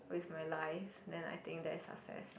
with my life then I think that is success